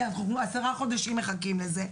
כי אנחנו עשרה חודשים מחכים לזה.